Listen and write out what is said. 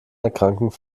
erkrankung